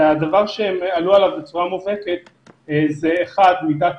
והדבר שעלו עליו בצורה מובהקת זה אחד מידת